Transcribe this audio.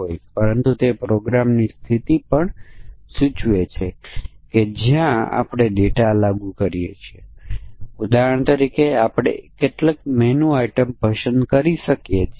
હવે ચાલો જોઈએ કે વિશેષ મૂલ્ય પરીક્ષણમાં શું સામેલ છે